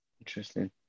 Interesting